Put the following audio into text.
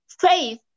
Faith